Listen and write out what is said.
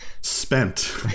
spent